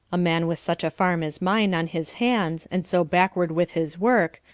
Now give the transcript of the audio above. a man with such a farm as mine on his hands, and so backward with his work,